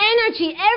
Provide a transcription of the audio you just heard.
energy